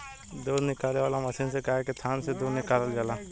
दूध निकाले वाला मशीन से गाय के थान से दूध निकालल जाला